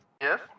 Yes